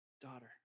daughter